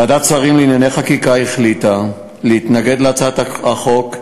ועדת השרים לענייני חקיקה החליטה להתנגד להצעת החוק.